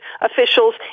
officials